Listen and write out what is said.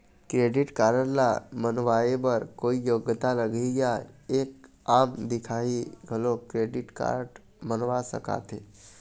Credit card ला बनवाए बर कोई योग्यता लगही या एक आम दिखाही घलो क्रेडिट कारड बनवा सका थे?